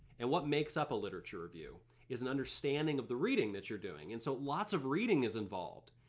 and what makes up a literature review is an understanding of the reading that you're doing and so lots of reading is involved.